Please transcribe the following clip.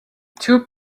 two